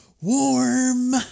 Warm